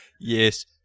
yes